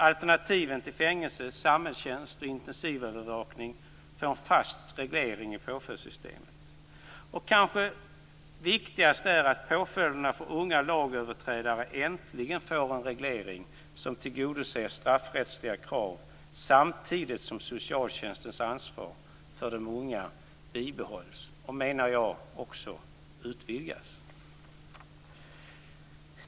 Alternativen till fängelse, samhällstjänst och intensivövervakning, får en fast reglering i påföljdssystemet. Det kanske viktigaste är att påföljderna för unga lagöverträdare äntligen får en reglering som tillgodoser straffrättsliga krav, samtidigt som socialtjänstens ansvar för de unga bibehålls och, menar jag, också utvidgas.